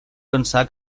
pensar